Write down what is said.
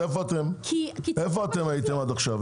איפה הייתם עד עכשיו?